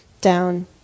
down